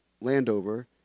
Landover